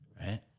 Right